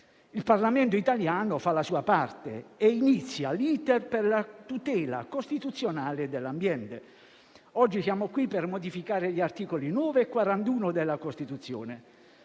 Il Parlamento italiano fa la sua parte e inizia l'*iter* per la tutela costituzionale dell'ambiente. Oggi siamo qui per modificare gli articoli 9 e 41 della Costituzione,